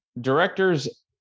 directors